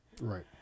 right